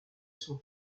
son